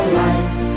life